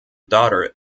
daughter